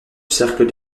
cercle